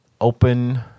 open